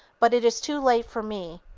but it is too late for me.